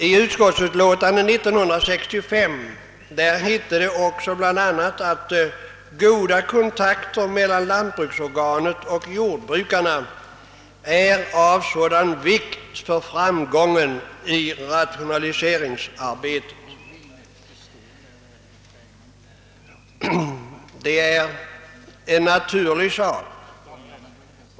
I utskottsutlåtandet 1965 het te det också bl.a. att goda kontakter mellan lantbruksorganet och jordbrukarna är av stor vikt för framgången i rationaliseringsarbetet.